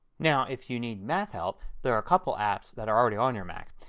now if you need math help there are a couple apps that are already on your mac.